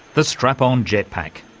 the strap-on jet-pack.